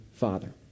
father